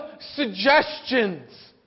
suggestions